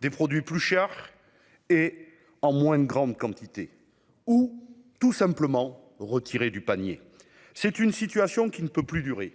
Des produits plus chers, en moins grande quantité, ou tout simplement retirés du panier ... Cette situation ne peut plus durer, et